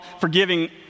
forgiving